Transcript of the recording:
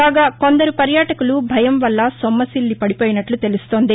కాగా కొందరు పర్యాటకులు భయం వల్ల సొమ్మసిల్లి పడిపోయినట్లు తెలుస్తోంది